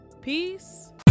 Peace